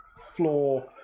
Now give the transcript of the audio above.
floor